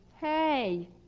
Hey